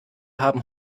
haben